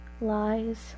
lies